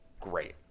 great